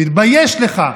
תתבייש לך.